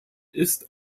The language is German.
ist